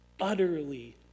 utterly